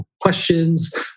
questions